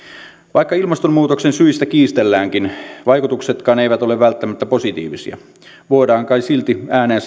vaikka ilmastonmuutoksen syistä kiistelläänkin vaikutuksetkaan eivät ole välttämättä positiivisia voidaan kai silti ääneen